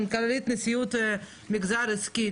מנכ"לית נשיאות המגזר העסקי,